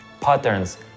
patterns